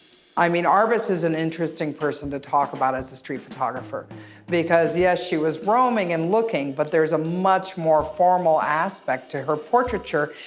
i mean, arbus is an interesting person to talk about as a street photographer because, yes she was roaming and looking, but there's a much more formal aspect to her portraiture.